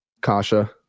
Kasha